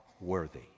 worthy